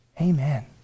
Amen